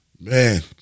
man